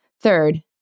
Third